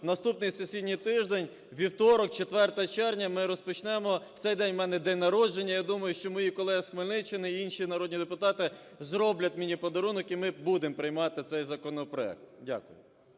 наступний сесій тиждень, вівторок, 4 червня, ми розпочнемо, у цей день у мене день народження, я думаю, що мої колеги з Хмельниччини і інші народні депутати зроблять мені подарунок, і ми будемо приймати цей законопроект. Дякую.